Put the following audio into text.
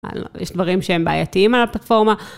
יש דברים שהם בעייתיים על הפלטרפורמה.